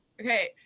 Okay